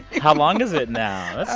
how long is it now?